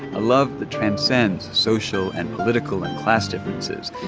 a love that transcends social and political and class differences.